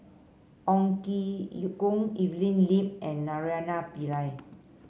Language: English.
Ong Ye Kung Evelyn Lip and Naraina Pillai